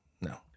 No